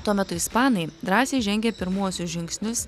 tuo metu ispanai drąsiai žengė pirmuosius žingsnius